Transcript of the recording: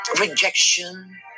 rejection